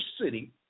city